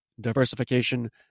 diversification